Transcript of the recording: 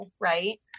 right